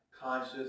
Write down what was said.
conscious